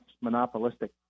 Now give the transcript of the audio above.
monopolistic